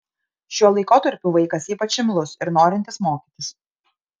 šiuo laikotarpiu vaikas ypač imlus ir norintis mokytis